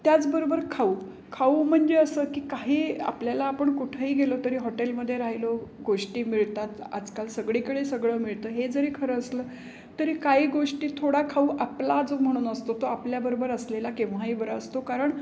त्याचबरोबर खाऊ खाऊ म्हणजे असं की काही आपल्याला आपण कुठंही गेलो तरी हॉटेलमध्ये राहिलो गोष्टी मिळतात आजकाल सगळीकडे सगळं मिळतं हे जरी खरं असलं तरी काही गोष्टी थोडा खाऊ आपला जो म्हणून असतो तो आपल्याबरोबर असलेला केव्हाही बरा असतो कारण